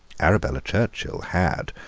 arabella churchill had,